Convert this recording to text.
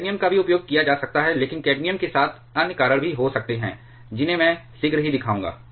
cadmium का भी उपयोग किया जा सकता है लेकिन कैडमियम के साथ अन्य कारण भी हो सकते हैं जिन्हें मैं शीघ्र ही दिखाऊंगा